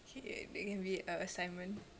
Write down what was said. okay maybe our assignment